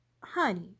honey